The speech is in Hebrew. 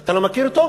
אתה לא מכיר אותו?